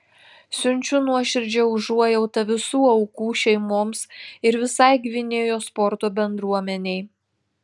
siunčiu nuoširdžią užuojautą visų aukų šeimoms ir visai gvinėjos sporto bendruomenei